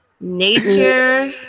Nature